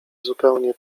zupełnie